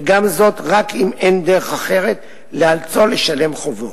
וגם זאת רק אם אין דרך אחרת לאלצו לשלם חובו.